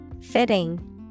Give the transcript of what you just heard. fitting